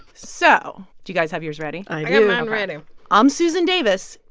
so do you guys have yours ready? i mine ready i'm susan davis.